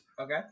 Okay